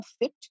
fit